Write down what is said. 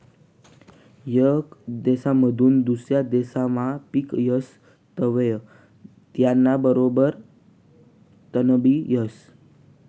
येक देसमाधून दुसरा देसमा पिक येस तवंय त्याना बरोबर तणबी येस